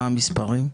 מה המספרים?